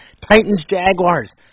Titans-Jaguars